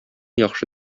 яхшы